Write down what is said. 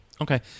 Okay